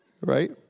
right